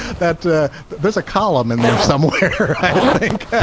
that but there's a column in there somewhere i think